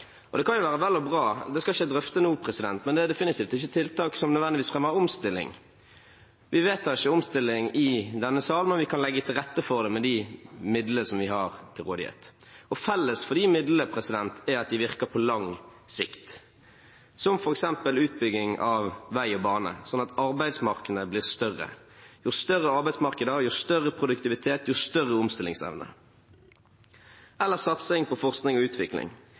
Det kan være vel og bra – det skal jeg ikke drøfte nå – men det er definitivt ikke tiltak som nødvendigvis fører til omstilling. Vi vedtar ikke omstilling i denne sal, men vi kan legge til rette for det med de midlene vi har til rådighet. Felles for de midlene er at de virker på lang sikt, som f.eks. utbygging av vei og bane, slik at arbeidsmarkedene blir større – jo større arbeidsmarkeder, jo større produktivitet, jo større omstillingsevne – eller satsing på forskning og utvikling,